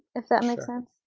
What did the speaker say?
if that makes sense.